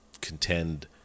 contend